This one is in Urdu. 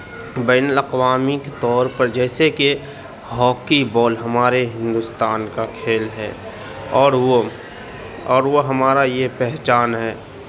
بین الاقوامی طور پر جیسے کہ ہاکی بال ہمارے ہندوستان کا کھیل ہے اور وہ اور وہ ہمارا یہ پہچان ہے